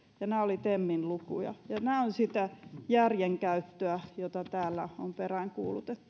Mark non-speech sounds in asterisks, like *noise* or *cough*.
ja nämä olivat temin lukuja tämä on sitä järjenkäyttöä jota täällä on peräänkuulutettu *unintelligible*